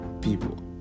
people